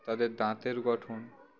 তাদের দাঁতের গঠন